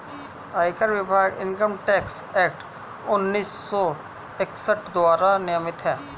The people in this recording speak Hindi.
आयकर विभाग इनकम टैक्स एक्ट उन्नीस सौ इकसठ द्वारा नियमित है